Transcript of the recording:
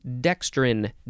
dextrin